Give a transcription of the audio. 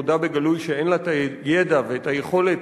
מודה בגלוי שאין לה הידע והיכולת,